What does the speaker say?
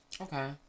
Okay